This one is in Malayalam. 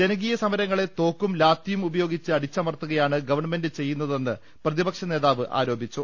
ജനകീയ സമരങ്ങളെ തോക്കും ലാത്തിയും ഉപയോഗിച്ച് അടിച്ചമർത്തുകയാണ് ഗവൺമെന്റ് ചെയ്യുന്നതെന്ന് പ്രതിപക്ഷ നേതാവ് ആരോപിച്ചു